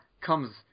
comes